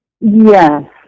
Yes